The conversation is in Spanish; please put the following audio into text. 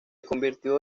convirtió